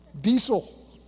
Diesel